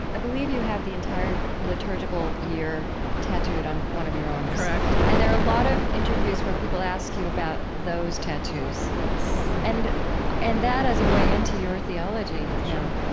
i believe you have the entire liturgical year tattooed on one of your arms, correct and there are a lot of interviews where people ask you about those tattoos, and and that as a way into your theology yeah